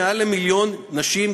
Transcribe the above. יש מעל למיליון נשים,